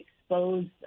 exposed